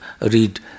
read